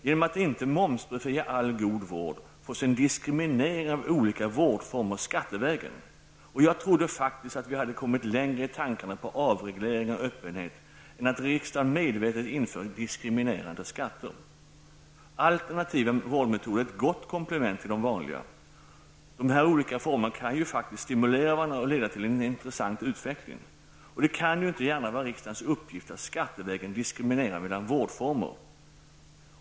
Genom att inte all god vård momsbefrias får man en diskriminering av olika vårdformer skattevägen. Jag trodde faktiskt att vi hade kommit längre i tankarna på avreglering och öppenhet än att riksdagen medvetet skulle införa diskriminerande skatter. Alternativa vårdmetoder är ett gott komplement till de vanliga. De olika formerna kan stimulera varandra och leda till en intressant utveckling. Det kan inte gärna vara riksdagens uppgift att skattevägen diskriminera olika vårdformer.